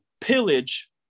pillage